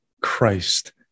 christ